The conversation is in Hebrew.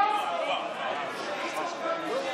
לא ראוי בהצעה לחוק-יסוד שאם הוא גם משיב,